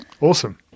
awesome